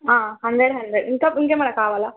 hundred hundred ఇంకా ఇంకేమైనా కావాలా